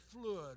fluid